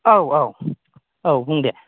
औ औ औ बुं दे